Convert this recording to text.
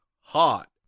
hot